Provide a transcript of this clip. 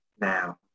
now